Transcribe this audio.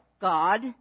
God